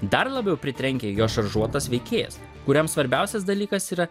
dar labiau pritrenkia jo šaržuotas veikėjas kuriam svarbiausias dalykas yra